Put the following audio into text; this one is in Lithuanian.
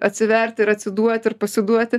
atsiverti ir atsiduoti ir pasiduoti